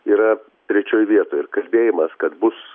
yra trečioj vietoj ir kalbėjimas kad bus